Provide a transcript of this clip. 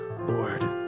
Lord